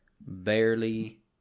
Barely